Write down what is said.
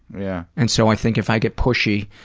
yeah. and so i think if i get pushy